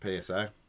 PSA